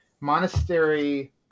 monastery